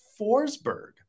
Forsberg